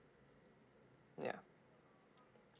yeah